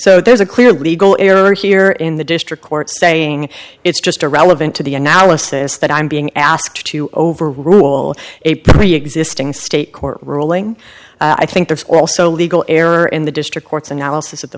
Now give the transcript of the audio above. so there's a clear legal error here in the district court saying it's just irrelevant to the analysis that i'm being asked to overrule a preexisting state court ruling i think there's also a legal error in the district court's analysis of the